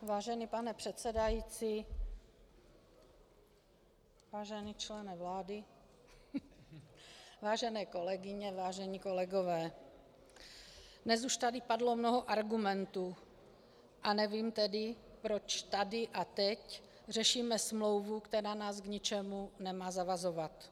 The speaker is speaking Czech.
Vážený pane předsedající, vážený člene vlády, vážené kolegyně, vážení kolegové, dnes už tady padlo mnoho argumentů a nevím tedy, proč tady a teď řešíme smlouvu, která nás k ničemu nemá zavazovat.